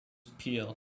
pier